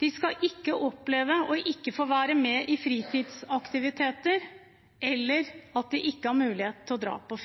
De skal ikke oppleve å ikke få være med i fritidsaktiviteter, eller at de ikke har mulighet til å dra på